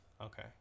Okay